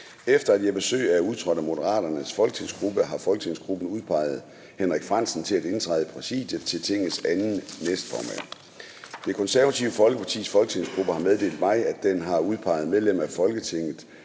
Efter at Jeppe Søe er udtrådt af Moderaternes folketingsgruppe, har folketingsgruppen udpeget Henrik Frandsen til at indtræde i Præsidiet som Tingets anden næstformand. Det Konservative Folkepartis folketingsgruppe har meddelt mig, at den har udpeget medlem af Folketinget